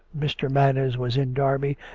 mr. manners was in derby,